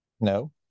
No